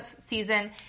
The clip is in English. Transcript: season